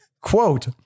quote